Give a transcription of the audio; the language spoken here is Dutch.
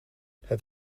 het